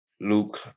Luke